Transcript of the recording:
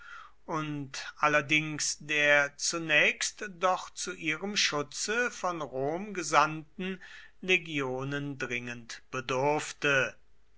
und allerdings der zunächst doch zu ihrem schutze von rom gesandten legionen dringend bedurfte